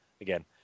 again